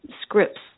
scripts